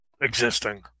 existing